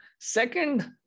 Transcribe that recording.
Second